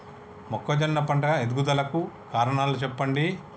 మొక్కజొన్న పంట ఎదుగుదల కు కారణాలు చెప్పండి?